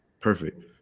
perfect